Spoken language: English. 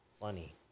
funny